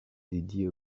dédiée